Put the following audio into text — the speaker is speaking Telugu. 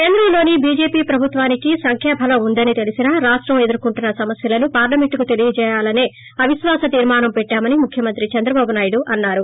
కేంద్రంలోని బీజేపీ ప్రభుత్వానికి సంఖ్యాబలం ఉందని తెలీసినా రాష్టం ఎదుర్కొంటున్న సమస్యలను పార్లమెంట్కు తెలియాలసే అవిశ్వాస తీర్కానం పెట్టామని ముఖ్యమంత్రి చంద్రబాబునాయుడు అన్నారు